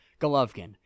Golovkin